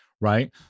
Right